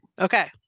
Okay